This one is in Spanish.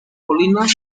colinas